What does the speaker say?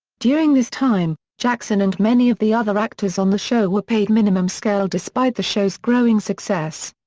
during this time, jackson and many of the other actors on the show were paid minimum scale despite the show's growing success.